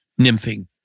nymphing